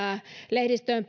lehdistöön